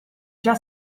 già